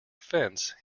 fence